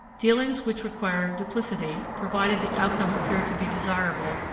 dealings which required duplicity, provided the outcome appeared to be desirable,